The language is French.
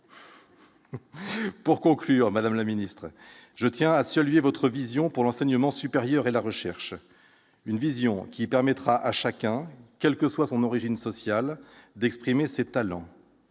Pour conclure, madame la ministre, je tiens à saluer votre vision pour l'enseignement supérieur et la recherche. Une vision qui permettra à chacun, quelle que soit son origine sociale, d'exprimer ses talents.